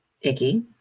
Icky